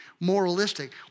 moralistic